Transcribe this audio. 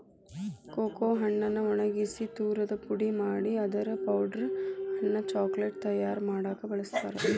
cocoa ಹಣ್ಣನ್ನ ಒಣಗಿಸಿ ತುರದು ಪುಡಿ ಮಾಡಿ ಅದರ ಪೌಡರ್ ಅನ್ನ ಚಾಕೊಲೇಟ್ ತಯಾರ್ ಮಾಡಾಕ ಬಳಸ್ತಾರ